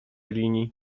linii